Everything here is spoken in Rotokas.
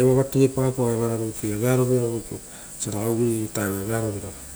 evoava tuepaoopao evara rutu ia. Vearo vira rutu osia ragai uvuri vovutaoia.